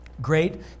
great